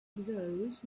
those